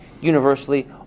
universally